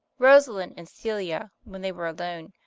rosalind and celia, when they were alone,